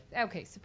Okay